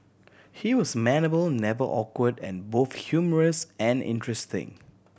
he was amenable never awkward and both humorous and interesting